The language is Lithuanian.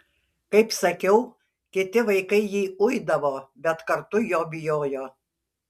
kaip sakiau kiti vaikai jį uidavo bet kartu jo bijojo